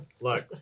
Look